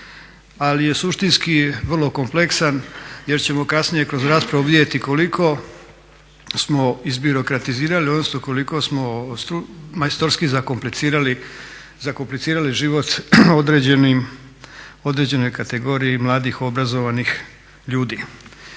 ali je suštinski vrlo kompleksan jer ćemo kasnije kroz raspravu vidjeti koliko smo izbirokratizirali, odnosno koliko smo majstorski zakomplicirali život određenoj kategoriji mladih, obrazovanih ljudi.